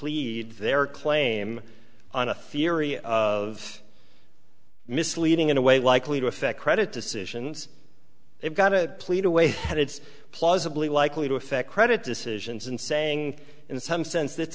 d their claim on a theory of misleading in a way likely to affect credit decisions they've got to plead away and it's plausibly likely to affect credit decisions and saying in some sense